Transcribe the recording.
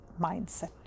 mindset